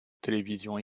télévision